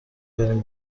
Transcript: بریم